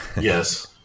Yes